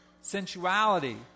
sensuality